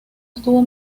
estuvo